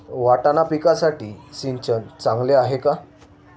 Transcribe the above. वाटाणा पिकासाठी सिंचन चांगले आहे का?